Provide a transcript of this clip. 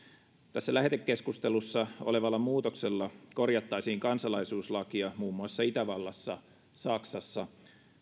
tässä lähetekeskustelussa olevalla muutoksella korjattaisiin kansalaisuuslakia muun muassa itävallassa saksassa